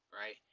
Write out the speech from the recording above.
right